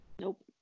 Nope